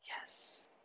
Yes